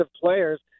players